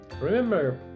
Remember